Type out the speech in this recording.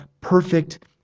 perfect